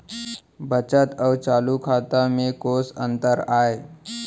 बचत अऊ चालू खाता में कोस अंतर आय?